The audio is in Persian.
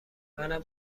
منم